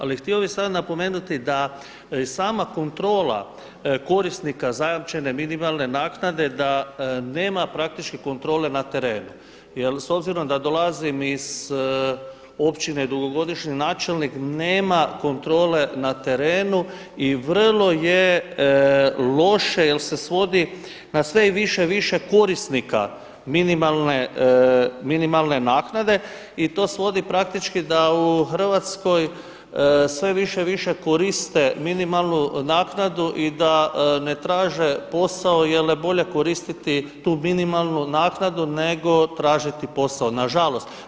Ali htio bih sada napomenuti da sama kontrola korisnika zajamčene minimalne naknade da nema praktički kontrole na terenu jer s obzirom da dolazim iz općine, dugogodišnji načelnik nema kontrole na terenu i vrlo je loše, jer se svodi na sve više i više korisnika minimalne naknade i to svodi praktički da u Hrvatskoj sve više i više koriste minimalnu naknadu i da ne traže posao jer je bolje koristiti tu minimalnu naknadu nego tražiti posao, na žalost.